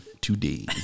today